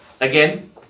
again